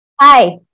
Hi